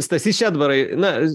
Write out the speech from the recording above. stasy šedbarai na